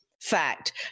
fact